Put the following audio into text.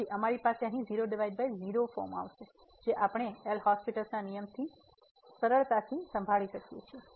તેથી અમારી પાસે અહીં 00 ફોર્મ છે જે આપણે એલ'હોસ્પિટલL'hospital's ના નિયમની સહાયથી સરળતાથી સંભાળી શકીએ છીએ